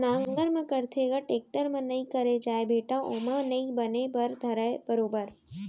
नांगर म करथे ग, टेक्टर म नइ करे जाय बेटा ओमा नइ बने बर धरय बरोबर